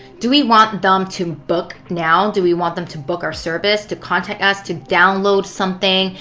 do we want them to book now? do we want them to book our service? to contact us? to download something?